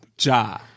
Ja